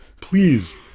please